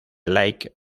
lake